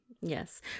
Yes